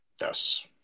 Yes